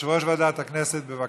יושב-ראש ועדת הכנסת, בבקשה.